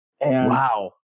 Wow